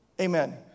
Amen